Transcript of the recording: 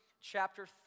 chapter